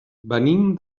venim